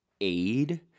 aid